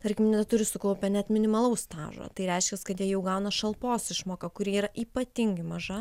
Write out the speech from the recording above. tarkim neturi sukaupę net minimalaus stažo tai reiškias kad jie jau gauna šalpos išmoką kuri yra ypatingai maža